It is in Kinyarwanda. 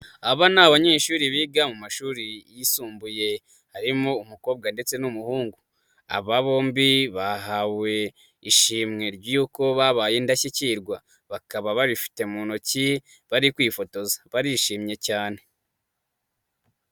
Aba ni abanyeshuri biga mu mashuri yisumbuye, harimo umukobwa ndetse n'umuhungu. Aba bombi bahawe ishimwe ry'uko babaye indashyikirwa, bakaba baribifite mu ntoki, bari kwifotoza, barishimye cyane.